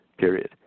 Period